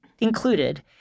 included